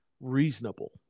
reasonable